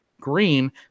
green